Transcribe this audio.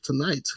tonight